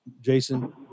Jason